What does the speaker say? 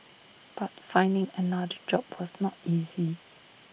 but finding another job was not easy